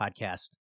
podcast